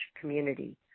community